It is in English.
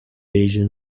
asian